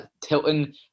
Tilton